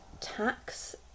tax